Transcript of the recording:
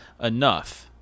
enough